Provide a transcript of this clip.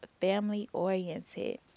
family-oriented